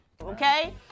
okay